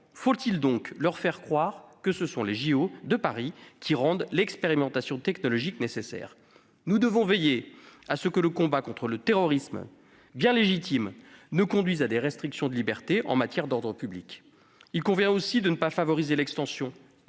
Faut-il donc leur faire croire que ce sont les Jeux de Paris qui rendent l'expérimentation technologique nécessaire ? Nous devons veiller à ce que le combat contre le terrorisme, bien légitime, ne conduise pas à des restrictions de libertés en matière d'ordre public. Il convient aussi de ne pas favoriser l'extension